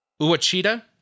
Uachita